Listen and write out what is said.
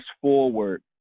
forward